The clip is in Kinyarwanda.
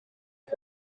uko